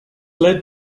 led